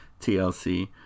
TLC